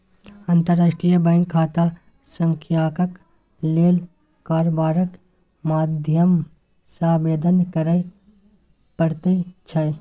अंतर्राष्ट्रीय बैंक खाता संख्याक लेल कारबारक माध्यम सँ आवेदन करय पड़ैत छै